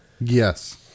Yes